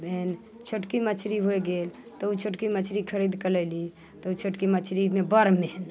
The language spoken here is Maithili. भेल छोटकी मछली हो गेल तऽ ओ छोटकी मछली खरीद कऽ लयली तऽ ओ छोटकी मछलीमे बड़ मेहनत